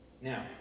Now